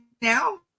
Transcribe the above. now